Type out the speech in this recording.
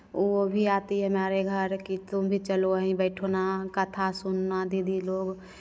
वो भी आती है हमारे घर कि तुम भी चलो वहीं बैठना कथा सुनना दीदी लोग